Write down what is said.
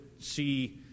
see